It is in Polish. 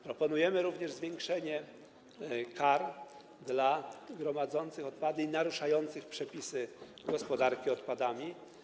Proponujemy również zwiększenie kar dla gromadzących odpady i naruszających przepisy gospodarki odpadami.